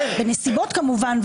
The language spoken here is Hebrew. בנסיבות כמובן,